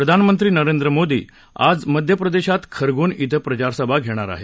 प्रधानमंत्री नरेंद्र मोदी आज मध्य प्रदेशात खरगोन क्रि प्रचारसभा घेणार आहेत